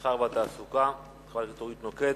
המסחר והתעסוקה חברת הכנסת אורית נוקד.